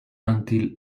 until